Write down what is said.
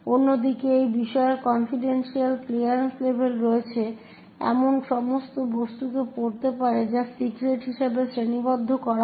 অন্যদিকে এই বিষয়ের কনফিডেনশিয়াল ক্লিয়ারেন্স লেভেল রয়েছে এমন সমস্ত বস্তুকে পড়তে পারে যা সিক্রেট হিসাবে শ্রেণীবদ্ধ করা হয়